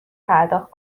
پرداخت